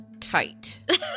tight